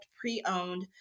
pre-owned